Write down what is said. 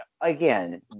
again